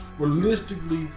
Realistically